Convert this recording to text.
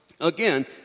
Again